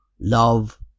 love